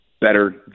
better